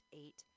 eight